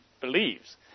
believes